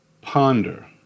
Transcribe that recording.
ponder